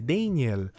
Daniel